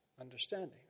understanding